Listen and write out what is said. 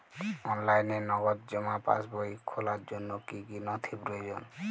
অনলাইনে নগদ জমা পাসবই খোলার জন্য কী কী নথি প্রয়োজন?